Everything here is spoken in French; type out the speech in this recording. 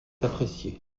apprécié